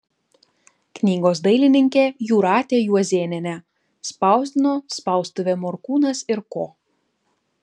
knygos dailininkė jūratė juozėnienė spausdino spaustuvė morkūnas ir ko